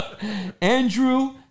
Andrew